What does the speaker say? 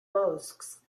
mosques